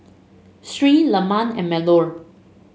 Sri Leman and Melur